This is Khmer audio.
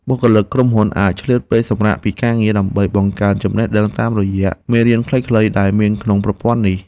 បុគ្គលិកក្រុមហ៊ុនអាចឆ្លៀតពេលសម្រាកពីការងារដើម្បីបង្កើនចំណេះដឹងបន្ថែមតាមរយៈមេរៀនខ្លីៗដែលមានក្នុងប្រព័ន្ធនេះ។